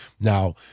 Now